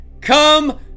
come